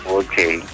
okay